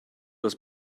was